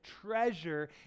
treasure